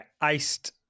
iced